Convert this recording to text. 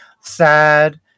sad